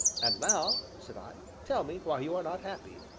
and now, said i, tell me why you are not happy.